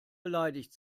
beleidigt